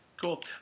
Cool